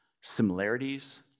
similarities